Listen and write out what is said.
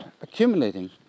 accumulating